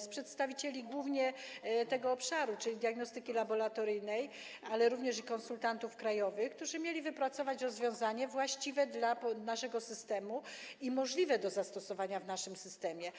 z przedstawicieli głównie z tego obszaru, czyli z diagnostyki laboratoryjnej, ale również konsultantów krajowych, którzy mieli wypracować rozwiązanie właściwe dla naszego systemu i możliwe do zastosowania w naszym systemie.